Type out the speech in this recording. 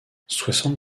soixante